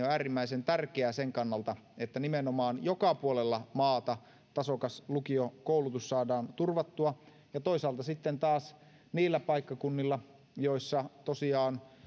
on äärimmäisen tärkeää sen kannalta että nimenomaan joka puolella maata tasokas lukiokoulutus saadaan turvattua ja toisaalta sitten taas niillä paikkakunnilla joissa tosiaan